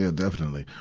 yeah definitely.